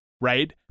right